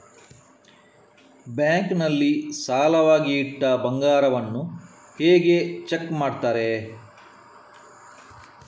Bank ನಲ್ಲಿ ಸಾಲವಾಗಿ ಇಟ್ಟ ಬಂಗಾರವನ್ನು ಹೇಗೆ ಚೆಕ್ ಮಾಡುತ್ತಾರೆ?